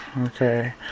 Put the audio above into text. Okay